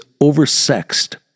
oversexed